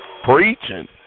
Preaching